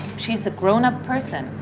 she's a grown-up person.